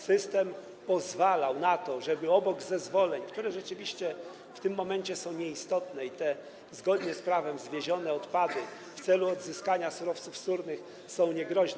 System pozwalał na to, żeby obok zezwoleń, które rzeczywiście w tym momencie są nieistotne - te zgodnie z prawem zwiezione odpady w celu odzyskania surowców wtórnych są niegroźne.